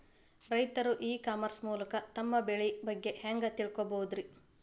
ರೈತರು e commerce ಮೂಲಕ ತಮ್ಮ ಬೆಳಿ ಬಗ್ಗೆ ಹ್ಯಾಂಗ ತಿಳ್ಕೊಬಹುದ್ರೇ?